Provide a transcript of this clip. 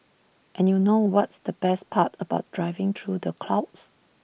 and you know what's the best part about driving through the clouds